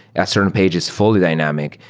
a certain page is fully dynamic,